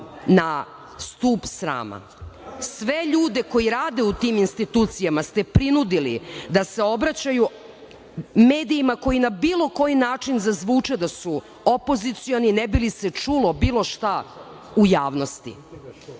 na stub srama. Sve ljude koje rade u tim institucijama ste prinudili da se obraćaju medijima koji na bilo koji način zazvuče da su opozicioni, ne bi li se čulo bilo šta u javnosti.